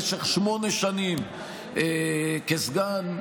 במשך שמונה שנים כסגן,